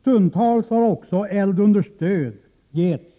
Stundtals har också eldunderstöd getts